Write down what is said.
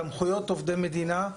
סמכויות עובדי מדינה,